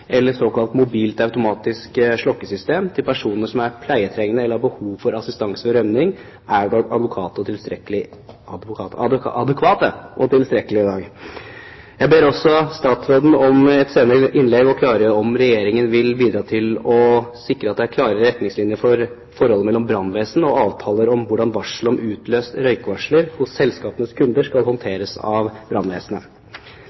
eller såkalt mobilt automatisk slukkesystem til personer som er pleietrengende, eller som har behov for assistanse ved rømning, er adekvate og tilstrekkelige i dag. Jeg ber også statsråden i et senere innlegg klargjøre om Regjeringen vil bidra til å sikre at det er klare retningslinjer for forholdet mellom brannvesen og avtaler om hvordan varsel om utløst røykvarsler hos selskapenes kunder skal